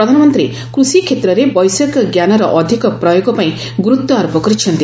ପ୍ରଧାନମନ୍ତ୍ରୀ କୃଷିକ୍ଷେତ୍ରରେ ବୈଷୟିକ ଜ୍ଞାନର ଅଧିକ ପ୍ରୟୋଗପାଇଁ ଗୁରୁତ୍ୱ ଆରୋପ କରିଛନ୍ତି